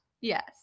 Yes